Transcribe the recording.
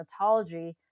dermatology